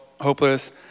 hopeless